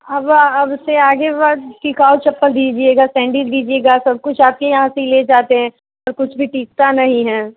अब अब से आगे वर टिकाऊ चप्पल दीजिएगा सैंडिल दीजिएगा सब कुछ आपके यहाँ से ही ले जाते हैं कुछ भी टीकता नहीं है